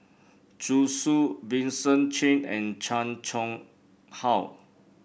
Zhu Xu Vincent Cheng and Chan Chang How